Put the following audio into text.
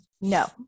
No